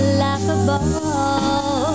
laughable